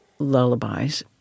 Lullabies